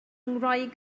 ngwraig